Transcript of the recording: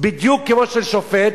בדיוק כמו לשופט,